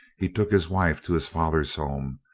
he took his wife to his father's home,